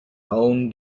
own